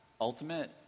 ultimate